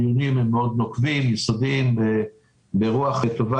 הדיונים נוקבים מאוד, יסודיים, ברוח טובה.